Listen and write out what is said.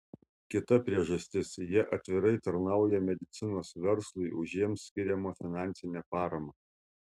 kita priežastis jie atvirai tarnauja medicinos verslui už jiems skiriamą finansinę paramą